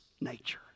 nature